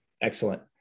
Excellent